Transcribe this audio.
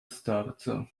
starca